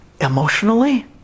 emotionally